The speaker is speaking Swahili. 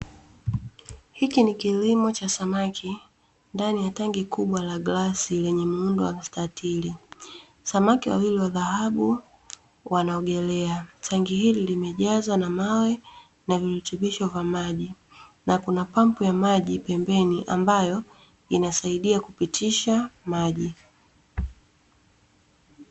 Hiki ni kilimo cha samaki, ndani ya tangi kubwa la glasi lenye muundo wa mstatili. Samaki wawili wa dhahabu wanaogelea. Tangi hili limejazwa na mawe na virutubisho vya maji, na kuna pampu ya maji pembeni ambayo inasaidia kupitisha maji.